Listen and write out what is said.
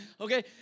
okay